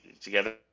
together